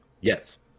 Yes